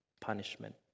punishment